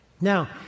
Now